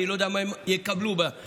אני לא יודע מה הם יקבלו השנה.